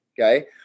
Okay